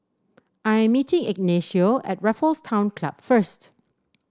I'm meeting Ignacio at Raffles Town Club first